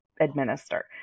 Administer